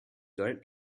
don’t